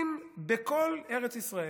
בכל ארץ ישראל,